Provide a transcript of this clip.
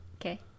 Okay